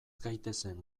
gaitezen